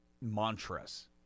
mantras